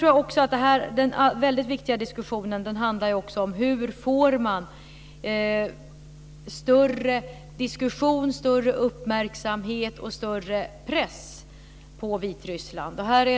Men jag tror också att den väldigt viktiga diskussionen handlar om hur man får en större diskussion, en större uppmärksamhet och en större press på Vitryssland.